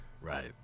Right